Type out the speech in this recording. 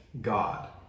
god